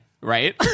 right